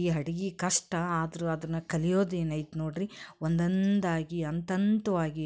ಈ ಅಡಿಗಿ ಕಷ್ಟ ಆದರೂ ಅದನ್ನು ಕಲಿಯೋದು ಏನೈತೆ ನೋಡಿರಿ ಒಂದೊಂದಾಗಿ ಹಂತ್ ಹಂತ್ವಾಗಿ